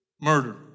Murder